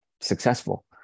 successful